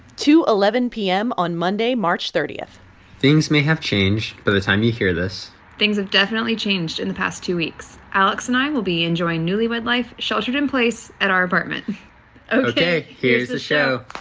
two eleven p m. on monday, march thirty point things may have changed by the time you hear this things have definitely changed in the past two weeks. alex and i will be enjoying newlywed life sheltered in place at our apartment ok. here's the show